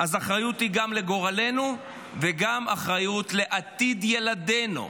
האחריות היא גם לגורלנו וגם לעתיד ילדינו.